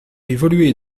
évoluer